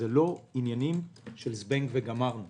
זה לא עניינים של זבנג וגמרנו